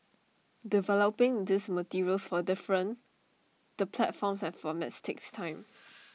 developing these materials for different the platforms and formats takes time